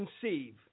conceive